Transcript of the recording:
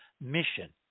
mission